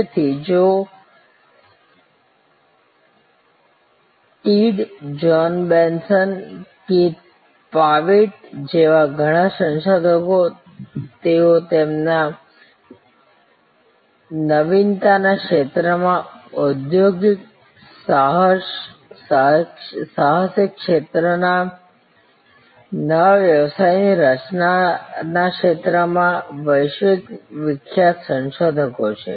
તેથી જો Tidd John Bessant Keith Pavitt જેવા ઘણા સંશોધકો તેઓ તમામ નવીનતાના ક્ષેત્રમાં ઉદ્યોગસાહસિકતાના ક્ષેત્રમાં નવા વ્યવસાયની રચનાના ક્ષેત્રમાં વિશ્વ વિખ્યાત સંશોધકો છે